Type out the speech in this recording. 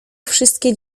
wszystkie